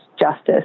justice